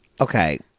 Okay